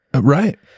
Right